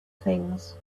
things